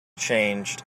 changed